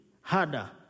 harder